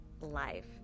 life